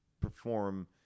perform